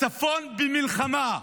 הצפון במלחמה,